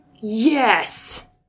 Yes